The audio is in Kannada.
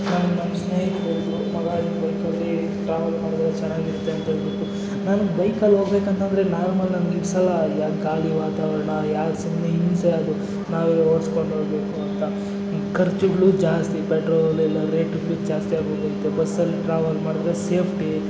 ನಾನು ನನ್ನ ಸ್ನೇಹಿತರೆಲ್ರೂ ಮಗಾ ನೀನು ಬೈಕಲ್ಲಿ ಟ್ರಾವೆಲ್ ಮಾಡಿದರೆ ಚೆನ್ನಾಗಿರುತ್ತೆ ಅಂತ ಹೇಳಿಬಿಟ್ಟು ನಾನು ಬೈಕಲ್ಲಿ ಹೋಗ್ಬೇಕೆಂತೆಂದರೆ ನಾರ್ಮಲ್ಲಾಗಿ ನಿಲ್ಲಿಸೋಲ್ಲ ಗಾಳಿ ವಾತಾವರಣ ಯಾಕೆ ಸುಮ್ಮನೆ ಹಿಂಸೆ ಅದು ನಾವೇ ಓಡ್ಸ್ಕೊಂಡು ಹೋಗಬೇಕು ಅಂತ ಖರ್ಚುಗಳು ಜಾಸ್ತಿ ಪೆಟ್ರೋಲ್ ಎಲ್ಲ ರೇಟುಗಳು ಜಾಸ್ತಿ ಆಗಿಬಿಡುತ್ತೆ ಬಸ್ಸಲ್ಲಿ ಟ್ರಾವೆಲ್ ಮಾಡಿದರೆ ಸೇಫ್ಟಿ